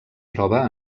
troba